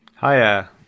Hiya